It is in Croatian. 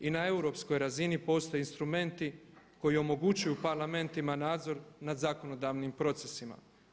I na europskoj razini postoje instrumenti koji omogućuju parlamentima nadzor nad zakonodavnim procesima.